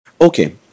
Okay